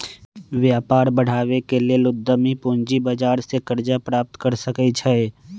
व्यापार बढ़ाबे के लेल उद्यमी पूजी बजार से करजा प्राप्त कर सकइ छै